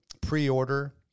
pre-order